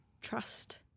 trust